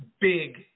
big